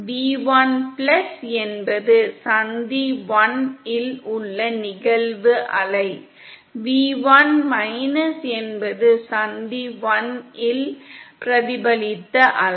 V1 என்பது சந்தி 1 இல் உள்ள நிகழ்வு அலை V1 என்பது சந்தி 1 இல் பிரதிபலித்த அலை